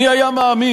מי היה מאמין.